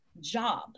job